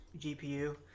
GPU